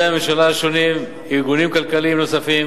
הממשלה השונים וארגונים כלכליים נוספים.